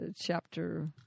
chapter